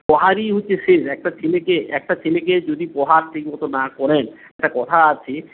প্রহারই হচ্ছে শেষ একটা ছেলেকে একটা ছেলেকে যদি প্রহার ঠিক মতো না করেন একটা কথা আছে